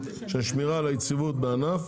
של שמירה על היציבות בענף,